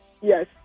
Yes